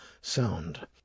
sound